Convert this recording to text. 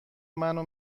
منو